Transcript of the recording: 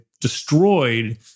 destroyed